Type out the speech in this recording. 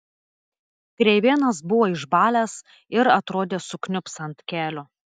kreivėnas buvo išbalęs ir atrodė sukniubs ant kelio